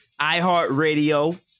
iHeartRadio